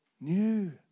new